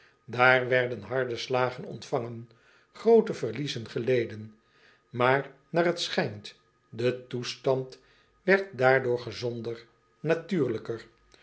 aar werden harde slagen ontvangen groote verliezen geleden aar naar het schijnt de toestand werd daardoor gezonder natuurlijker